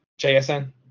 JSN